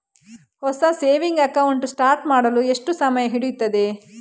ಹೊಸ saving account start ಮಾಡಲು ಎಷ್ಟು ಸಮಯ ಹಿಡಿಯುತ್ತದೆ?